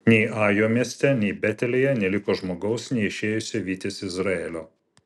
nei ajo mieste nei betelyje neliko žmogaus neišėjusio vytis izraelio